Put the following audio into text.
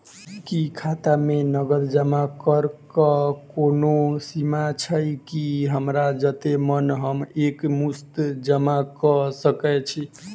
की खाता मे नगद जमा करऽ कऽ कोनो सीमा छई, की हमरा जत्ते मन हम एक मुस्त जमा कऽ सकय छी?